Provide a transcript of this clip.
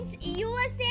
USA